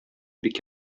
бик